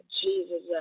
Jesus